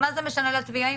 או